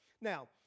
Now